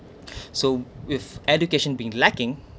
so with education been lacking